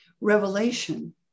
revelation